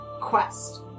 quest